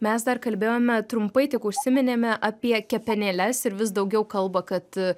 mes dar kalbėjome trumpai tik užsiminėme apie kepenėles ir vis daugiau kalba kad